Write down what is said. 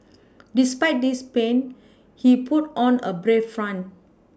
despite this pain he put on a brave front